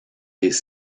des